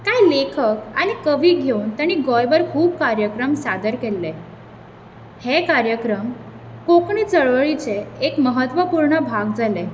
कांय लेखक आनी कवी घेवन ताणी गोंयभर खूब कार्यक्रम सादर केल्ले हे कार्यक्रम कोंकणी चळवळीचे एक म्हत्वपूर्ण भाग जाले